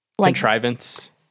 contrivance